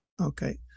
Okay